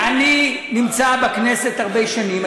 אני נמצא בכנסת הרבה שנים.